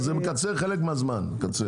הוא צריך לעשות תוכנית שלוקחת לו שלוש שנים.